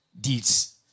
deeds